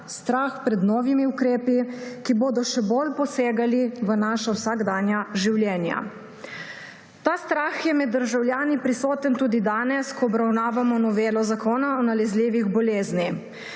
strah pred novimi ukrepi, ki bodo še bolj posegali v naša vsakdanja življenja. Ta strah je med državljani prisoten tudi danes, ko obravnavamo novelo Zakona o nalezljivih boleznih.